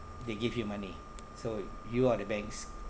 they give you money so you are the banks